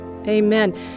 Amen